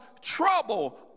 trouble